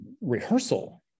rehearsal